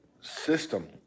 system